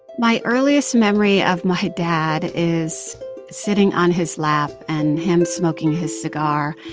my earliest memory of my dad is sitting on his lap and him smoking his cigar,